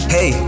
Hey